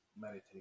meditate